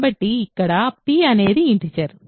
కాబట్టి ఇక్కడ p అనేది ఇంటిజర్